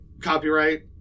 copyright